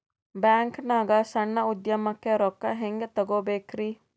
ಬ್ಯಾಂಕ್ನಾಗ ಸಣ್ಣ ಉದ್ಯಮಕ್ಕೆ ರೊಕ್ಕ ಹೆಂಗೆ ತಗೋಬೇಕ್ರಿ?